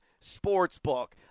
Sportsbook